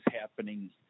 happening